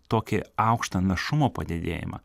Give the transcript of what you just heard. tokį aukštą našumo padidėjimą